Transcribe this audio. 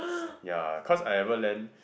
ya cause I ever lend